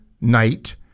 Night